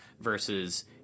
versus